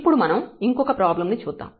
ఇప్పుడు మనం ఇంకొక ప్రాబ్లం ను చూద్దాం